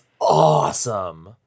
awesome